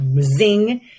zing